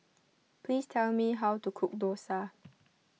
please tell me how to cook Dosa